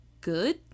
good